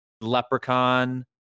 Leprechaun